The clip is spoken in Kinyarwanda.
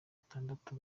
batandatu